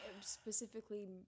specifically